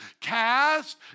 Cast